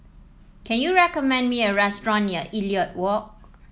can you recommend me a restaurant near Elliot Walk